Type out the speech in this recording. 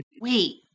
Wait